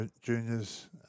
Juniors